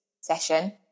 session